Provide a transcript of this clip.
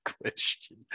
question